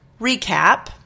recap